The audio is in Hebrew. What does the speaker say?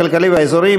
הכלכלי והאזורי,